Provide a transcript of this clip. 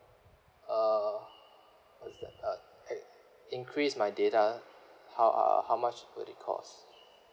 uh what is that uh add increase my data how uh how much would it cost